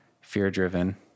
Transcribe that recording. fear-driven